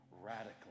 radically